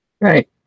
Right